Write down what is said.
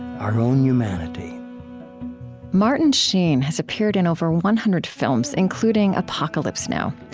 our own humanity martin sheen has appeared in over one hundred films, including apocalypse now.